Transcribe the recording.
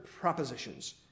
propositions